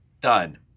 Done